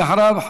ואחריו,